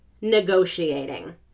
negotiating